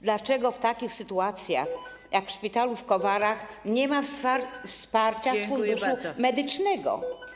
Dlaczego w takich sytuacjach jak ta w szpitalu w Kowarach nie ma wsparcia z Funduszu Medycznego?